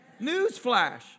Newsflash